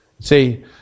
See